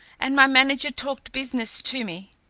and my manager talked business to me,